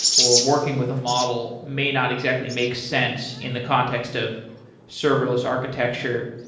or working with a model may not exactly makes sense in the context of serverless architecture.